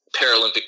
Paralympic